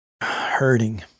Hurting